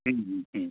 হুঁ হুঁ হুঁ